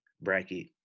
bracket